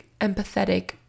empathetic